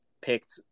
picked